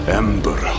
ember